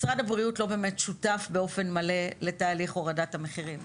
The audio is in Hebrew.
משרד הבריאות לא באמת שותף באופן מלא לתהליך הורדת המחירים.